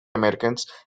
americans